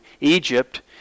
Egypt